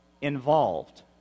involved